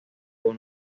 tuvo